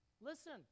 Listen